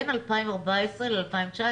בין 2014-2019,